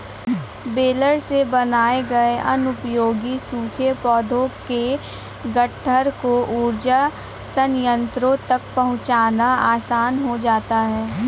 baler से बनाए गए अनुपयोगी सूखे पौधों के गट्ठर को ऊर्जा संयन्त्रों तक पहुँचाना आसान हो जाता है